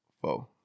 Four